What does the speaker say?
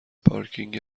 پارکینگ